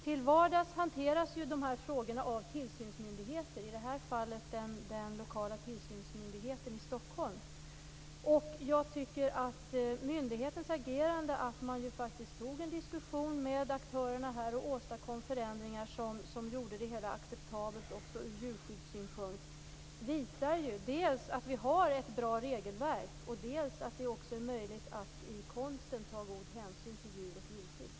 Till vardags hanteras de här frågorna av tillsynsmyndigheter, i det här fallet den lokala tillsynsmyndigheten i Stockholm. Jag tycker att myndighetens agerande, att man tog en diskussion med aktörerna och åstadkom förändringar som gjorde det hela acceptabelt också ur djurskyddssynpunkt, visar dels att vi har ett bra regelverk, dels att det är möjligt att i konsten ta god hänsyn till djur och djurskydd.